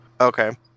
Okay